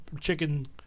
chicken